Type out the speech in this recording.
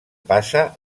passa